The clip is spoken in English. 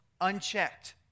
unchecked